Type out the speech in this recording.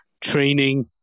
training